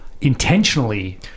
intentionally